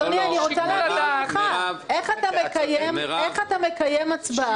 איך אתה מקיים הצבעה,